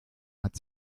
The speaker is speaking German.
hat